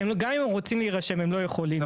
גם אם הם רוצים להירשם הם לא יכולים להירשם.